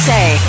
Say